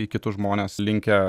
į kitus žmones linkę